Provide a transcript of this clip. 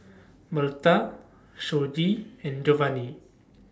Bertha Shoji and Jovanni